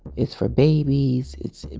it's for babies. it's.